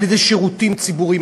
על-ידי שירותים ציבוריים,